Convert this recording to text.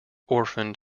orphaned